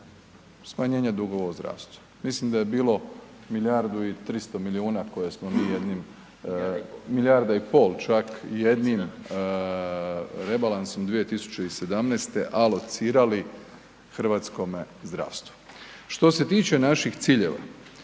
smanjenja dugova u zdravstvu. Mislim da je bilo milijardu i 300 milijuna koje smo mi jednim …/Upadica: Milijarda i pol/… milijarda i pol čak jednim rebalansom 2017. alocirali hrvatskome zdravstvu. Što se tiče naših ciljeva,